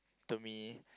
to me